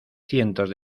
cientos